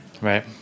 Right